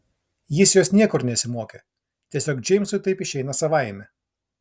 jis jos niekur nesimokė tiesiog džeimsui taip išeina savaime